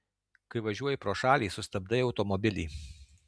kai važiuoji pro šalį sustabdai automobilį